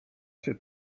się